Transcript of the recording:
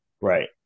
Right